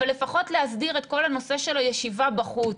אבל לפחות להסדיר את כל הנושא של הישיבה בחוץ,